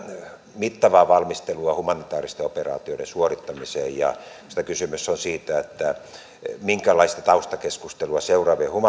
mittavaa valmistelua humanitääristen operaatioiden suorittamiseen ja kysymys on siitä minkälaista taustakeskustelua seuraavien